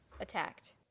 attacked